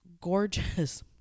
gorgeous